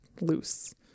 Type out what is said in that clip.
loose